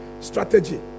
strategy